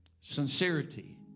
Sincerity